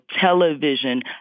television